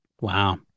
Wow